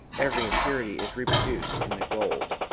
every impurity is reproduced in the gold.